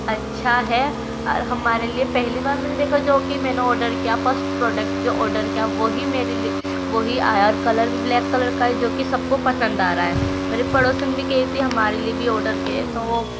اچھا ہے اور ہمارے لیے پہلی بار میں نے دیکھا جو کہ میں نے آرڈر کیا فرسٹ پروڈکٹ جو آرڈر کیا وہی میرے لیے وہی آیا کلر بھی بلیک کلر کا ہی جو کہ سب کو پسند آ رہا ہے میرے پڑوسن بھی کہتی ہے ہمارے لیے بھی آرڈر کیے تو وہ